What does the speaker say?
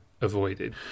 avoided